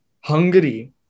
Hungary